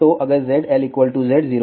तो अगर ZL Z0